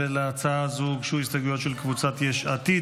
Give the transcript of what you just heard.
להצעה הזו הוגשו הסתייגויות של קבוצת יש עתיד,